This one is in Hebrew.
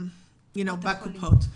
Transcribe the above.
בקופות.